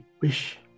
wish